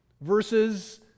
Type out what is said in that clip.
versus